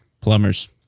Plumbers